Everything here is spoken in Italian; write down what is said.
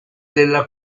della